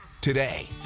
today